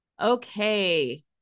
Okay